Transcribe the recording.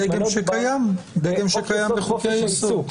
דגם שקיים בחופש העיסוק.